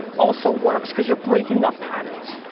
also works because you're breaking up patterns.